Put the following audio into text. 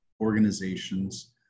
organizations